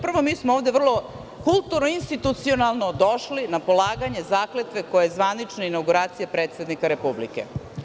Prvo, mi smo ovde vrlo kulturno, institucionalno došli na polaganje zakletve koja je zvanična inauguracija predsednika Republike.